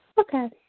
Okay